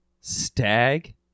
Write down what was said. Stag